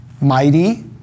mighty